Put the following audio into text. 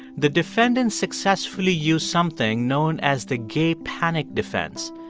the defendant successfully used something known as the gay panic defense.